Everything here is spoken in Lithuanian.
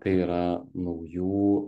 tai yra naujų